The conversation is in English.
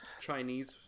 chinese